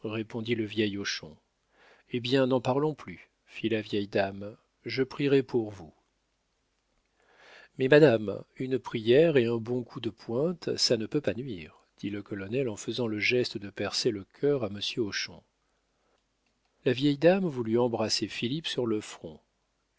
répondit le vieil hochon eh bien n'en parlons plus fit la vieille dame je prierai pour vous mais madame une prière et un bon coup de pointe ça ne peut pas nuire dit le colonel en faisant le geste de percer le cœur à monsieur hochon la vieille dame voulut embrasser philippe sur le front